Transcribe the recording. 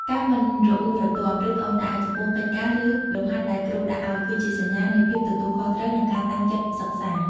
ការ មិនរអ៊ូរទាំ ឬត្អូញត្អែរ ចំពោះកិច្ចការ ឬលំហាត់ដែលគ្រូដាក់ឱ្យ គឺជាសញ្ញានៃភាពទទួលខុសត្រូវ និងការតាំងចិត្តសិក្សា។